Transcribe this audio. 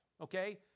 Okay